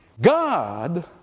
God